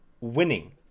winning